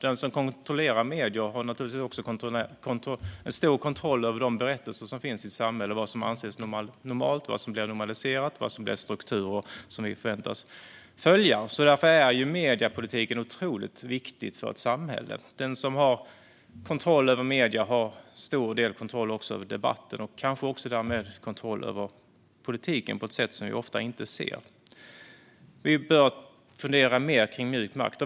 Den som kontrollerar medier har naturligtvis också stor kontroll över de berättelser som finns i ett samhälle och över vad som anses normalt, vad som blir normaliserat och vad som blir strukturer som vi förväntas följa. Därför är mediepolitiken otroligt viktig för ett samhälle. Den som har kontroll över medierna har också till stor del kontroll över debatten och kanske också därmed kontroll över politiken på ett sätt som vi ofta inte ser. Vi bör fundera mer på detta med mjuk makt.